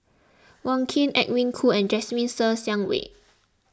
Wong Keen Edwin Koo and Jasmine Ser Xiang Wei